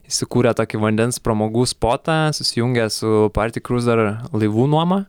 įsikūrę tokį vandens pramogų spotą susijungę su partikruzer laivų nuoma